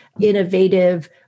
innovative